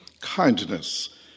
kindness